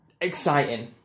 exciting